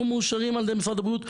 אנחנו מאושרים על ידי משרד הבריאות.